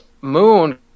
moon